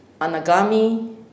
Anagami